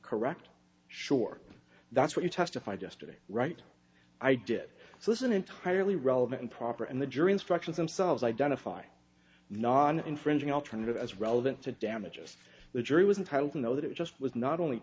correct sure that's what you testified yesterday right i did so this isn't entirely relevant and proper and the jury instructions themselves identify non infringing alternative as relevant to damages the jury was entitled to know that it just was not only